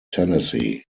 tennessee